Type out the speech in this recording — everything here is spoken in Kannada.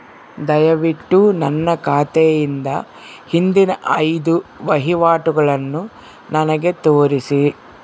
ದಯವಿಟ್ಟು ನನ್ನ ಖಾತೆಯಿಂದ ಹಿಂದಿನ ಐದು ವಹಿವಾಟುಗಳನ್ನು ನನಗೆ ತೋರಿಸಿ